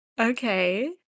Okay